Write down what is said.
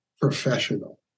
professional